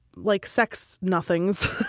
like, sex nothings.